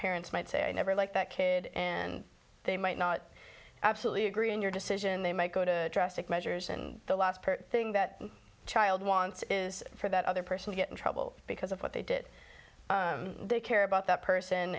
parents might say i never liked that kid and they might not absolutely agree in your decision they might go to drastic measures and the last thing that child wants is for that other person to get in trouble because of what they did they care about that person